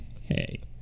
Hey